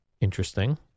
Interesting